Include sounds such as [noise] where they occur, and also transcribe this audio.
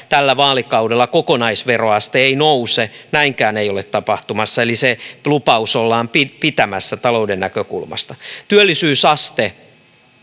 [unintelligible] tällä vaalikaudella kokonaisveroaste ei nouse näinkään ei ole tapahtumassa eli se lupaus ollaan pitämässä talouden näkökulmasta työllisyysaste